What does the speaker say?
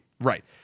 right